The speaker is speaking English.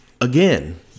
Again